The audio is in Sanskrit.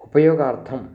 उपयोगार्थं